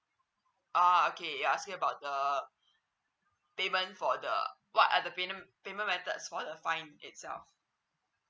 ah okay you are asking about the payment for the what are the payment payment methods for the fine itself